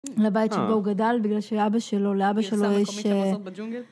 לבית שבו הוא גדל בגלל שלאבא שלו, לאבא שלו יש...